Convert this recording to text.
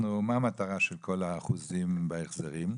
מה המטרה של כל האחוזים בהחזרים?